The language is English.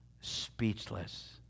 speechless